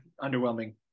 Underwhelming